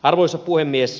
arvoisa puhemies